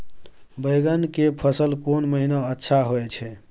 बैंगन के फसल कोन महिना अच्छा होय छै?